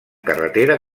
carretera